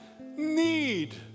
need